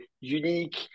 unique